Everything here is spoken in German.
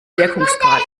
wirkungsgrad